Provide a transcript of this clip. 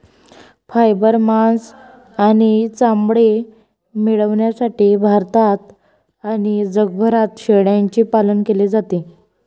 fibre, मांस आणि चामडे मिळविण्यासाठी भारतात आणि जगभरात शेळ्यांचे पालन केले जाते